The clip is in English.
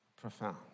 profound